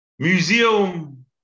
Museum